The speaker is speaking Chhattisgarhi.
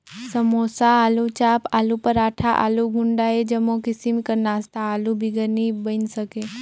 समोसा, आलूचाप, आलू पराठा, आलू गुंडा ए जम्मो किसिम कर नास्ता आलू बिगर नी बइन सके